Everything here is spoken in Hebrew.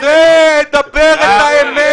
תדבר אמת.